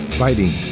fighting